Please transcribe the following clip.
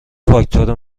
فاکتور